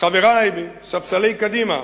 חברי מספסלי קדימה,